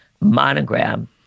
monogram